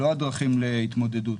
לא הדרכים להתמודדות,